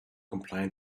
compliant